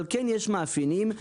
אבל כן יש מאפיינים כאלה.